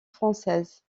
française